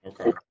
Okay